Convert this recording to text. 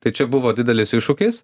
tai čia buvo didelis iššūkis